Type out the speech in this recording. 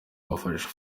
bafashe